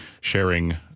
sharing